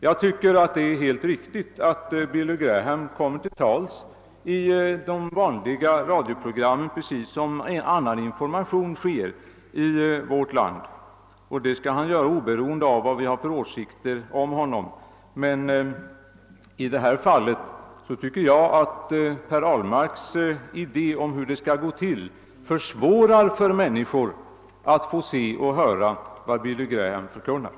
Jag tycker att det är helt riktigt att Billy Graham kommer till tals i de vanliga radioprogrammen, precis på samma sätt som när det är fråga om annan information i vårt land, och det skall han göra oberoende av vad vi har för åsikter om honom. Men i det här fallet tycker jag att herr Ahlmarks idé om hur det skall gå till försvårar för människor att få se och höra vad Billy Graham förkunnar.